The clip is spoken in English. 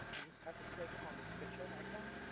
we just have to click on this picture icon,